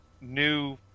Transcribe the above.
new